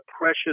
precious